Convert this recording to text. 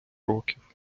років